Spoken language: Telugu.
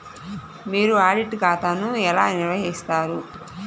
మీరు ఆడిట్ ఖాతాను ఎలా నిర్వహిస్తారు?